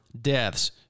deaths